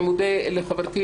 אני מודה לחברתי,